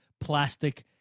plastic